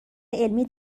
علمی